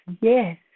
Yes